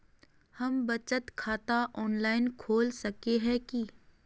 हम बचत खाता ऑनलाइन खोल सके है की?